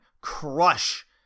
crush